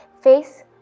face